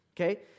okay